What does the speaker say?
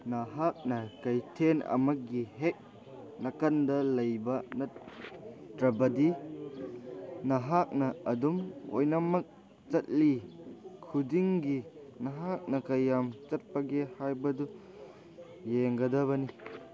ꯅꯍꯥꯛꯅ ꯀꯩꯊꯦꯟ ꯑꯃꯒꯤ ꯍꯦꯛ ꯅꯥꯀꯟꯗ ꯂꯩꯕ ꯅꯠꯇ꯭ꯔꯕꯗꯤ ꯅꯍꯥꯛꯅ ꯑꯗꯨꯝ ꯑꯣꯏꯅꯃꯛ ꯆꯠꯂꯤ ꯈꯨꯗꯤꯡꯒꯤ ꯅꯍꯥꯛꯅ ꯀꯌꯥꯝ ꯆꯠꯄꯒꯦ ꯍꯥꯏꯕꯗꯨ ꯌꯦꯡꯒꯗꯕꯅꯤ